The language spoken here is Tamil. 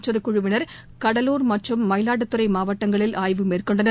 மற்றொரு குழுவினர் கடலூர் மற்றும் மயிலாடுதுறை மாவட்டங்களில் ஆய்வு மேற்கொண்டனர்